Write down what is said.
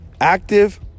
active